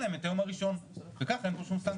להם את היום הראשון וכך אין פה שום סנקציה.